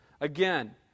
again